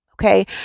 Okay